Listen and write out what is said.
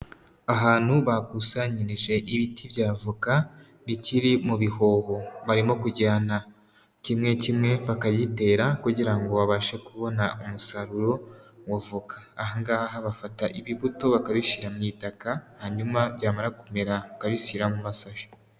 Ahantu bakusanyije ibiti bya avoka bikiri mu bihoho. Barimo kujyana kimwe kimwe bakagitera kugira ngo babashe kubona umusaruro wa avoka. Aha ngaha bafata ibibuto bakabishyira mu itaka hanyuma byamara kumera bakabishyira mu masashe.